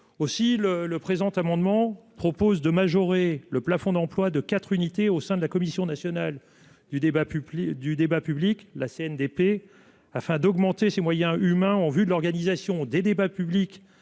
aussi le le présent amendement propose de majorer le plafond d'emplois de 4 unités au sein de la commission nationale du débat public du débat public la CNDP afin d'augmenter ses moyens humains en vue, l'organisation des débats publics